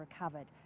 recovered